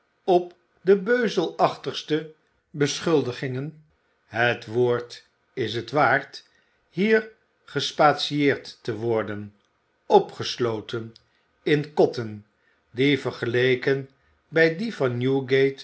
op de beuzelachtigste beschuldigingen het woord is t waard hier gespatieerd te worden opgesloten in kotten die vergeleken bij die van